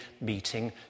meeting